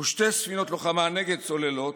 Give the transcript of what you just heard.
ושתי ספינות לוחמה נגד צוללות